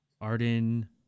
Arden